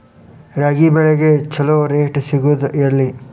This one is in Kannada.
ರಾಗಿ ಬೆಳೆಗೆ ಛಲೋ ರೇಟ್ ಸಿಗುದ ಎಲ್ಲಿ?